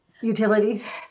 utilities